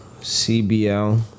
CBL